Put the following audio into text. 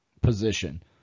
position